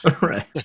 right